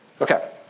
Okay